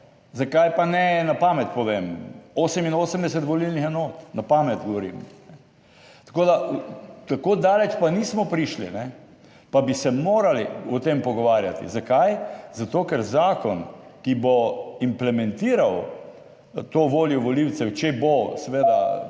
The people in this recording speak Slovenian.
Zakaj pa ne? Na pamet povem, 88 volilnih enot, na pamet govorim. Tako, da tako daleč pa nismo prišli, pa bi se morali o tem pogovarjati, zakaj, zato ker zakon, ki bo implementiral to voljo volivcev, če bo seveda